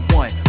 one